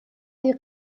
die